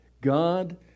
God